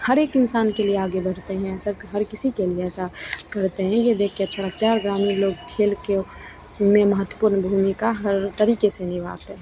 हर एक इंसान के लिए आगे बढ़ते हैं हर किसी के लिए ऐसा करते हैं यह देखकर अच्छा लगता है और ग्रामीण लोग खेल के में महत्वपूर्ण भूमिका हर तरीक़े से निभाते हैं